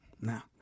now